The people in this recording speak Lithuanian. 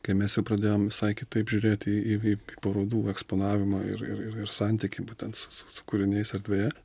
kai mes jau pradėjom visai kitaip žiūrėti į į parodų eksponavimą ir ir santykį būtent su su kūriniais erdvėje